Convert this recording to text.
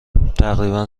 تقریبا